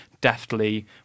deftly